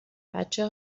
بچه